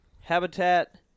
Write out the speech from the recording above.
Habitat